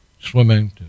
swimming